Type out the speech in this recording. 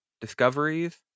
discoveries